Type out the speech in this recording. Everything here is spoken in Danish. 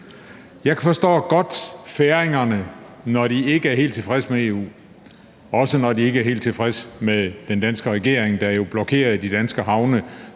Jeg forstår godt færingerne, når de ikke er helt tilfredse med EU, og også, når de ikke er helt tilfredse med den danske regering, der jo blokerede de danske havne